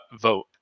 vote